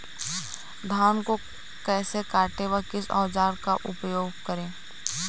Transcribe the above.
धान को कैसे काटे व किस औजार का उपयोग करें?